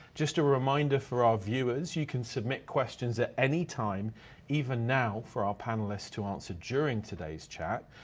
just a reminder for our viewers, you can submit questions at any time even now for our panelist's to answer during today's chat.